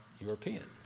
European